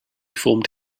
formed